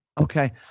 Okay